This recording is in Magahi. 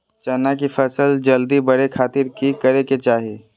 चना की फसल जल्दी बड़े खातिर की करे के चाही?